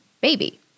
baby